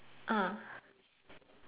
uh